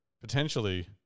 potentially